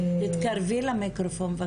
נתחיל באופן כללי.